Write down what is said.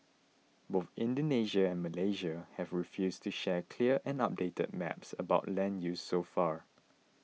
both Indonesia and Malaysia have refused to share clear and updated maps about land use so far